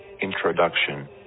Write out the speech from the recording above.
Introduction